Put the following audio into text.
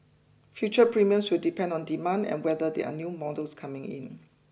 future premiums will depend on demand and whether there are new models coming in